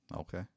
okay